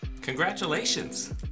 Congratulations